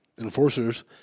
enforcers